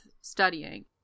studying